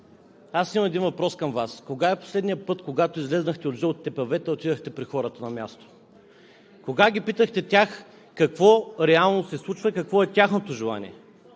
аз имам един въпрос към Вас: кога е последният път, когато излязохте на жълтите павета и отидохте при хората на място? Кога ги питахте какво реално се случва, какво е тяхното желание?